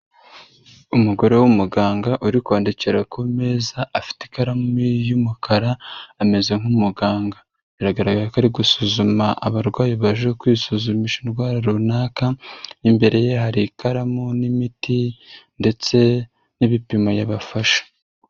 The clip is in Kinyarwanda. Umugore w'umuganga uri kwandikira ku meza afite ikaramu y'umukara ameze nk'umuganga biragaragara ko ari gusuzuma abarwayi baje kwisuzumisha indwara runaka, imbere ye hari ikaramu n'imiti ndetse n'ibipimo yabafashe.